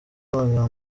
magambo